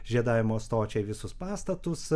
žiedavimo stočiai visus pastatus